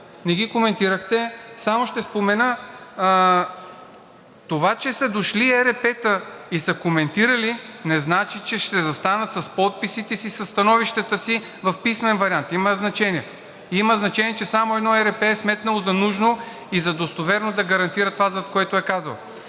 Не ги коментирахте. Само ще спомена, това че са дошли ЕРП-та и са коментирали, не значи, че ще застанат с подписите си, със становищата си в писмен вариант – има значение. Има значение, че само едно ЕРП е сметнало за нужно и за достоверно да гарантира това, което е казало.